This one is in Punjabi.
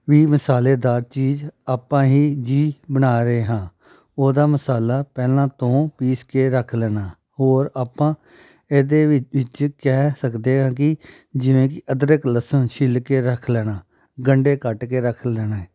ਵੀ ਮਸਾਲੇਦਾਰ ਚੀਜ਼ ਆਪਾਂ ਹੀ ਜੀ ਬਣਾ ਰਹੇ ਹਾਂ ਉਹਦਾ ਮਸਾਲਾ ਪਹਿਲਾਂ ਤੋਂ ਪੀਸ ਕੇ ਰੱਖ ਲੈਣਾ ਔਰ ਆਪਾਂ ਇਹਦੇ ਵਿੱਚ ਕਹਿ ਸਕਦੇ ਹਾਂ ਕਿ ਜਿਵੇਂ ਕਿ ਅਦਰਕ ਲਸਣ ਛਿੱਲ ਕੇ ਰੱਖ ਲੈਣਾ ਗੰਢੇ ਕੱਟ ਕੇ ਰੱਖ ਲੈਣੇ